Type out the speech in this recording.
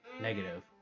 negative